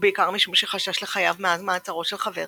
ובעיקר משום שחשש לחייו מאז מעצרו של חבר,